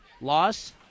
loss